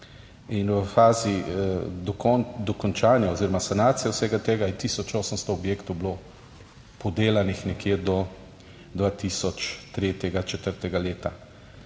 in v fazi dokončanja oziroma sanacije vsega tega, je tisoč 800 objektov bilo podelanih nekje do 2003. četrtega leta.